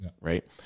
Right